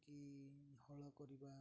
କି ହଳ କରିବା